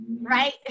right